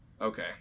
okay